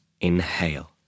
Inhale